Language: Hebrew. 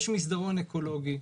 יש מסדרון אקולוגי,